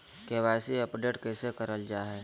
KYC update कैसे करल जाहै?